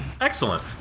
Excellent